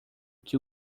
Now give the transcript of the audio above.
que